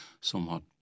somewhat